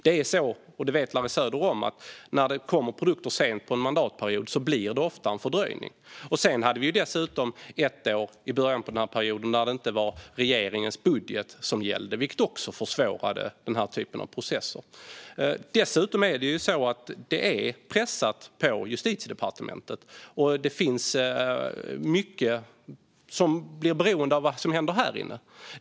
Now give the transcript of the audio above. Det är så, och det vet Larry Söder om, att när det kommer produkter sent under en mandatperiod blir det ofta en fördröjning. Sedan hade vi dessutom ett år i början på den här perioden när det inte var regeringens budget som gällde, vilket också försvårade den här typen av processer. Dessutom är det pressat på Justitiedepartementet. Det finns mycket som blir beroende av vad som händer härinne.